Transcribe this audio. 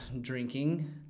drinking